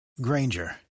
Granger